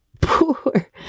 Poor